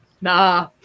Nah